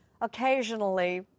occasionally